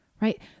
right